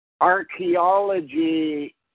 archaeology